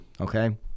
Okay